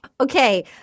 Okay